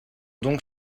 donc